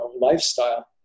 lifestyle